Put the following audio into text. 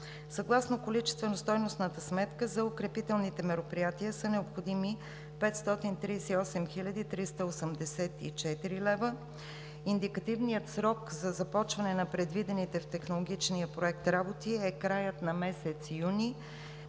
Съгласно количествено-стойностната сметка за укрепителните мероприятия са необходими 538 хил. 384 лв., индикативният срок за започване на предвидените в технологичния проект работи е краят на месец юни